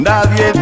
Nadie